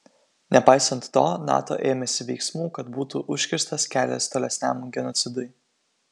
nepaisant to nato ėmėsi veiksmų kad būtų užkirstas kelias tolesniam genocidui